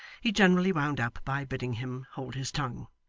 he generally wound up by bidding him hold his tongue.